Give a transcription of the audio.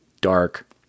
dark